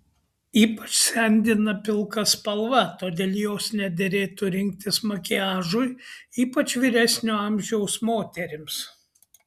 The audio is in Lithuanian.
ypač sendina pilka spalva todėl jos nederėtų rinktis makiažui ypač vyresnio amžiaus moterims